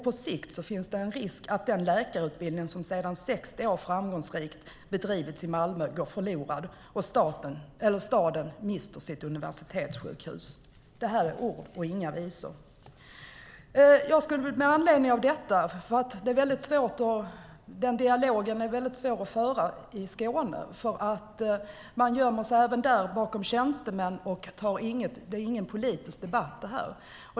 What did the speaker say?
På sikt finns det en risk att den läkarutbildning som sedan 60 år framgångsrikt bedrivits i Malmö går förlorad, och staden mister sitt universitetssjukhus. Det här är ord och inga visor. Den här dialogen är väldigt svår att föra i Skåne. Man gömmer sig även där bakom tjänstemän, och det här är ingen politisk debatt.